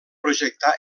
projectar